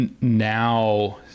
now